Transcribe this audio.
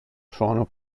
suono